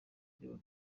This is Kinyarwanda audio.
ibyo